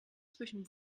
zwischen